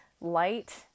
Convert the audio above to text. light